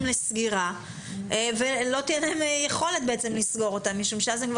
בעצם ניתנים לסגירה ולא תהיה להם יכולת לסגור אותם משום שאז הם לא